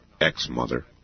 ex-mother